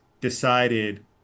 decided